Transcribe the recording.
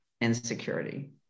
insecurity